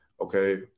okay